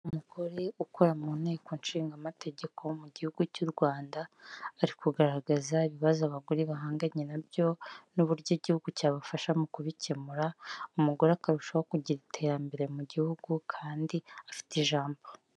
Umugore ukora mu nteko nshingamategeko mu gihugu cy'u Rwanda ari kugaragaza ibibazo abagore bahanganye nabyo n'uburyo igihugu cyabafasha mu kubikemura, umugore akarushaho kugira iterambere mu gihugu kandi afite ijambo.